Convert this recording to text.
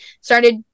started